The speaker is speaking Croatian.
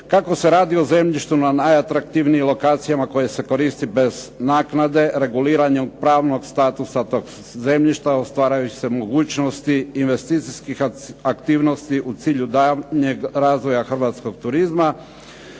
Kako se radi o zemljištu na najatraktivnijim lokacijama koje se koristi bez naknade, reguliranjem pravnog statusa tog zemljišta ostvaruju se mogućnosti investicijskih aktivnosti u cilju daljnjeg razvoja hrvatskog turizma.